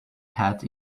hat